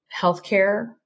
healthcare